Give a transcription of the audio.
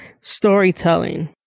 storytelling